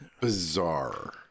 bizarre